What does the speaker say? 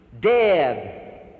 dead